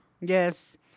Yes